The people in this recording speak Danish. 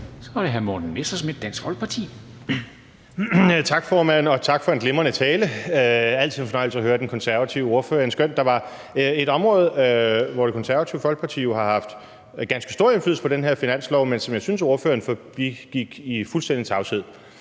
Kl. 14:22 Morten Messerschmidt (DF): Tak, formand, og tak for en glimrende tale. Det er altid en fornøjelse at høre den konservative ordfører, endskønt der var et område, hvor Det Konservative Folkeparti jo har haft ganske stor indflydelse på den her finanslov, men som jeg synes ordføreren forbigik i fuldstændig tavshed.